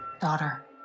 Daughter